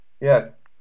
yes